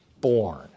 born